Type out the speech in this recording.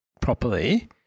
properly